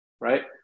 right